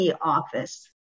office